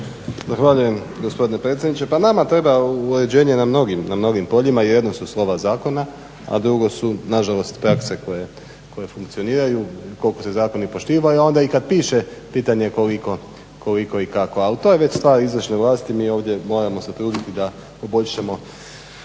Hvala lijepo gospodine predsjedniče. Pa nama treba uređenje na mnogim poljima i jedno su slova zakona a drugo su nažalost prakse koje funkcioniraju, koliko se zakoni poštivaju a onda i kad piše pitanje koliko i kako, ali to je već stvar izvršne vlasti. Mi ovdje moramo se truditi da poboljšamo